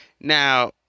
Now